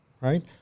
right